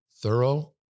Thorough